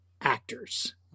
actors